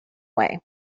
way